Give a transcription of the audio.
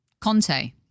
Conte